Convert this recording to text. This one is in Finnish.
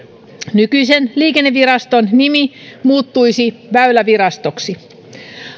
nykyisen liikenneviraston nimi muuttuisi väylävirastoksi